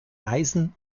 eisen